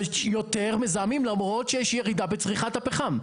יש יותר מזהמים למרות שיש ירידה בצריכת הפחם.